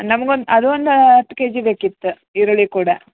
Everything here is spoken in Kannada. ನಮ್ಗೆ ಒಂದು ಅದೂ ಒಂದು ಹತ್ತು ಕೆಜಿ ಬೇಕಿತ್ತು ಈರುಳ್ಳಿ ಕೂಡ